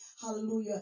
hallelujah